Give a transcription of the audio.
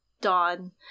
dawn